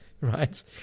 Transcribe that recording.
right